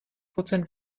prozent